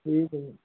ਠੀਕ ਹੈ ਜੀ